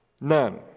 None